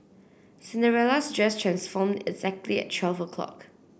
Cinderella's dress transformed exactly at twelve o'clock